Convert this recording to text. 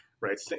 right